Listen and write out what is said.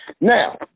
Now